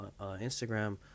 Instagram